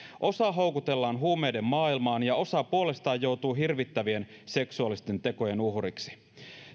osa houkutellaan huumeiden maailmaan ja osa puolestaan joutuu hirvittävien seksuaalisten tekojen uhriksi